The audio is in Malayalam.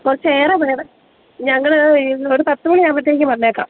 കുറച്ച് ഏറെ വേണം ഞങ്ങൾ ഒരു പത്തുമണി ആകുമ്പത്തേനും വന്നേക്കാം